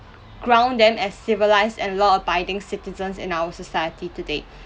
ground them as civilised and law-abiding citizens in our society today